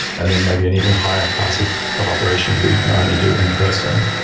and then maybe an even higher class of of operations that you can only do in person.